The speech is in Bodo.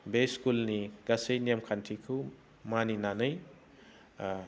बे स्कुलनि गासै नेमखान्थिखौ मानिनानै